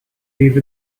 leave